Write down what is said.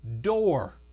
door